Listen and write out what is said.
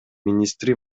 министри